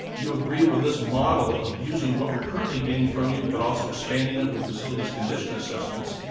you agree with this model of using what we're currently getting from you but also expanding it with facilities condition assessments,